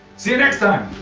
see you next time.